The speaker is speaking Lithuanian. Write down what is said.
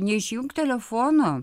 neišjunk telefono